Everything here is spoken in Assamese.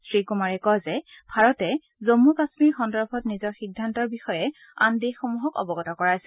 শ্ৰীকুমাৰে কয় যে ভাৰতে জন্ম কাশ্মীৰ সন্দৰ্ভত নিজৰ সিদ্ধান্তৰ বিষয়ে আন দেশসমূহক অৱগত কৰাইছে